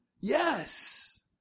Yes